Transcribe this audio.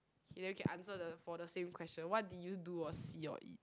k then we can answer the for the same question what did you do or see or eat